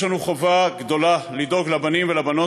יש לנו חובה גדולה לדאוג לבנים ולבנות